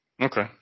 Okay